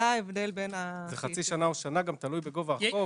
זה חצי שנה או שנה תלוי בגובה החוב.